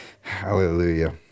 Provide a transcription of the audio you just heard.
Hallelujah